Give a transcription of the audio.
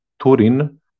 Turin